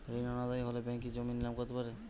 ঋণ অনাদায়ি হলে ব্যাঙ্ক কি জমি নিলাম করতে পারে?